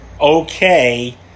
okay